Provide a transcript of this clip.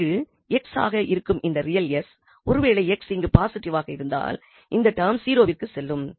இங்கு 𝑥 ஆக இருக்கும் இந்த ரியல் 𝑠 ஒருவேளை 𝑥 இங்கு பாசிட்டிவ் ஆக இருந்தால் இந்த டெர்ம் 0 விற்கு செல்லும்